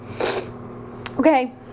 Okay